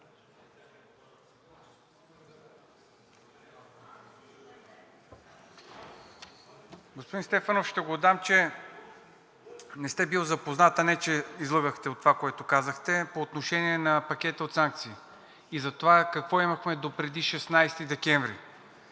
Господин Стефанов, ще го отдам, че не сте бил запознат, а не че излъгахте за това, което казахте, по отношение на пакета от санкции и за това какво имахме допреди 16 декември.